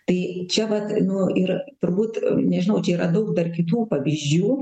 tai čia vat nu ir turbūt nežinau čia yra daug dar kitų pavyzdžių